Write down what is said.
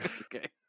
Okay